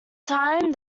time